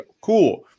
Cool